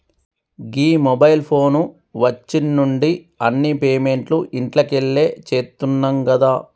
గీ mobile phone వచ్చిన్నుండి అన్ని పేమెంట్లు ఇంట్లకెళ్లే చేత్తున్నం గదా